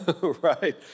right